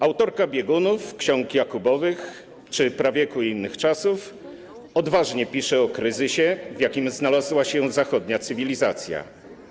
Autorka 'Biegunów', 'Ksiąg Jakubowych' czy 'Prawieku i innych czasów' odważnie pisze o kryzysie, w jakim znalazła się zachodnia cywilizacja.